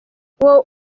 uwo